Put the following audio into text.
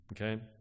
okay